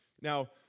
Now